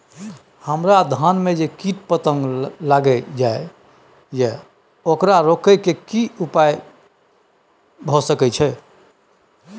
हमरा धान में जे कीट पतंग लैग जाय ये ओकरा रोके के कि उपाय भी सके छै?